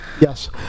Yes